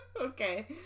Okay